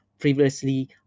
previously